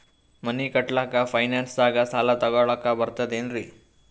ಮನಿ ಕಟ್ಲಕ್ಕ ಫೈನಾನ್ಸ್ ದಾಗ ಸಾಲ ತೊಗೊಲಕ ಬರ್ತದೇನ್ರಿ?